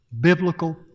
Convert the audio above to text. biblical